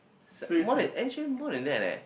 more than actually more than that eh